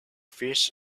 fish